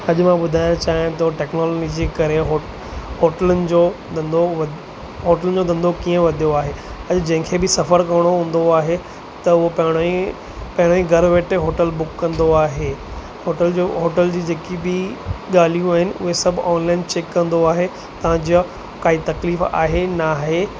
अॼु मां ॿुधाइण चाहियां थो टैक्नोलॉजी करे होट होटलुनि जो धंधो होटलुनि जो धंधो कीअं वधियो आहे अॼु जंहिंखें बि सफ़रु करिणो हूंदो आहे त उहो पाण ई पहिरें ई घरु वेठे होटल बुक कंदो आहे होटल जो होटल जी जेकी बि ॻाल्हियूं आहिनि उहे सभु ऑनलाइन चैक कंदो आहे तव्हां जीअं काई तकलीफ़ु आहे न आहे